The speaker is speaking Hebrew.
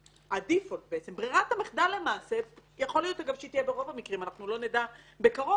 שברוב המקרים תהיה ברירת המחדל.